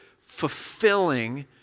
fulfilling